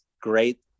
great